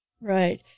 Right